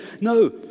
No